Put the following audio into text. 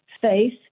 faith